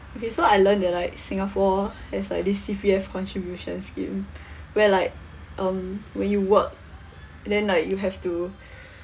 that's why I learn that like singapore has like this C_P_F contribution scheme where like um when you work then like you have to